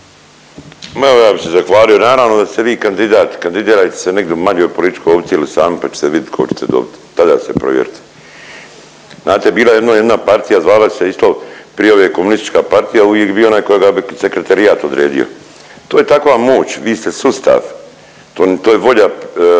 Ma evo ja bi se zahvalio, naravno da ste vi kandidat, kandidirajte se negdje u manjoj političkoj opciji ili sami, pa će se vidit kolko ćete dobit, tada se provjerite. Znate, bila jednom jedna partija zvala se isto prije ove komunistička partija, uvijek je bio onaj kojega bi sekreterijat odredio. To je takva moć, vi ste sustav, to je volja,